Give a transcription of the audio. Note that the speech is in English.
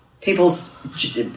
people's